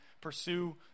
pursue